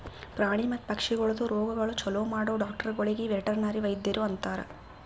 ಪ್ರಾಣಿ ಮತ್ತ ಪಕ್ಷಿಗೊಳ್ದು ರೋಗಗೊಳ್ ಛಲೋ ಮಾಡೋ ಡಾಕ್ಟರಗೊಳಿಗ್ ವೆಟರ್ನರಿ ವೈದ್ಯರು ಅಂತಾರ್